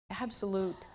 absolute